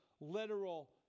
literal